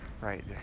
right